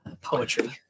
Poetry